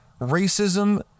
racism